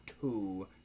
two